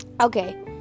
okay